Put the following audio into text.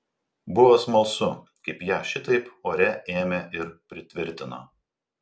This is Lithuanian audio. buvo smalsu kaip ją šitaip ore ėmė ir pritvirtino